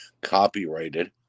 copyrighted